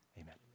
Amen